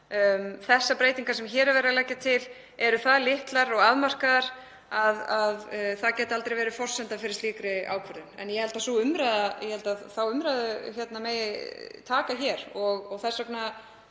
Þessar breytingar sem hér er verið að leggja til eru það litlar og afmarkaðar að það gæti aldrei verið forsenda fyrir slíkri ákvörðun. En ég held að þá umræðu megi taka og þess vegna